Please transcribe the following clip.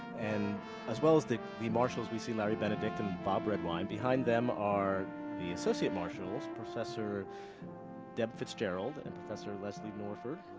and as well as the the marshals we see larry benedict and bob redwine behind them are the associate marshals professor deb fitzgerald and professor leslie norford,